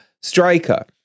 striker